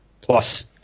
Plus